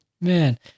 Man